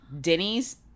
Denny's